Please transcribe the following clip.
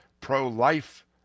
pro-life